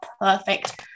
perfect